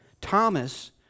Thomas